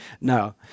No